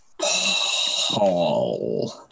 Paul